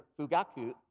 Fugaku